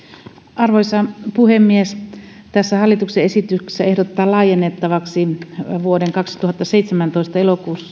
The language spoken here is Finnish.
arvoisa puhemies tässä hallituksen esityksessä ehdotetaan laajennettavaksi vuoden kaksituhattaseitsemäntoista